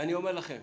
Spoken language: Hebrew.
ואני אומר לכם